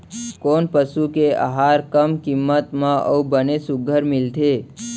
कोन पसु के आहार कम किम्मत म अऊ बने सुघ्घर मिलथे?